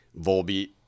Volbeat